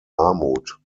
armut